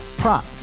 prop